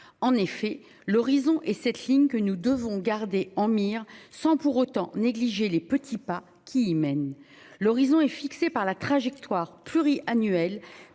en effet l'horizon et cette ligne que nous devons garder en mire sans pour autant négliger les petits pas qui y mène. L'horizon est fixé par la trajectoire pluriannuelle